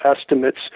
estimates